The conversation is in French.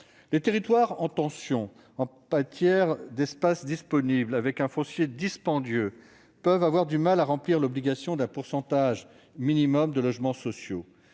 qui sont sous tension en termes d'espace disponible, avec un foncier dispendieux, peuvent avoir du mal à remplir l'obligation d'un pourcentage minimal de logements sociaux.